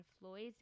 Floyd's